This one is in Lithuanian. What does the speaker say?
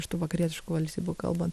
iš tų vakarietiškų valstybių kalban